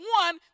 one